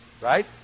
Right